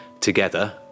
together